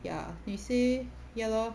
ya you say ya lor